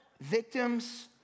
Victims